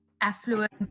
affluent